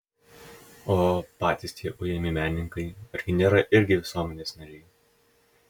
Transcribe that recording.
o patys tie ujami menininkai argi nėra irgi visuomenės nariai